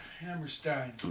Hammerstein